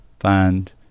find